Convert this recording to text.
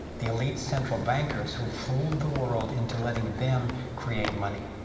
the elite central bankers, who fooled the world into letting them create money.